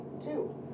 two